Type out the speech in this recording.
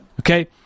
Okay